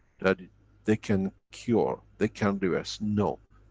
that they can cure. they can reverse. no,